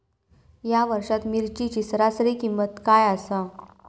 या वर्षात मिरचीची सरासरी किंमत काय आसा?